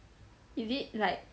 is it like